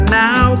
now